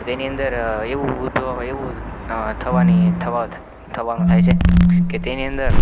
પણ તેની અંદર એવું એવું થવાની થવાનું થાય છે કે તેની અંદર